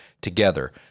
together